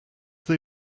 they